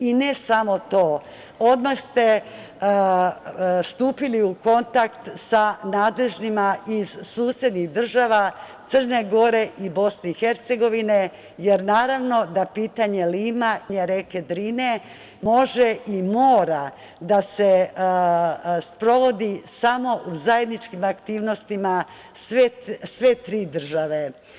Ne samo to, odmah ste stupili u kontakt sa nadležnima iz susednih država Crne Gore i BiH, jer naravno da pitanje Lima i pitanje reke Drine može i mora da se sprovodi samo u zajedničkim aktivnostima sve tri države.